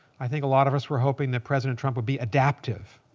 i think a lot of us were hoping that president trump would be adaptive,